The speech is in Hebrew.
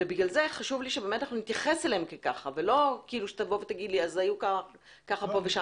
לכן חשוב לי שנתייחס אליהם כך ולא שתאמר לי שהיו כמה מקרים.